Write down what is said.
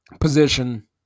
position